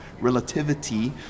relativity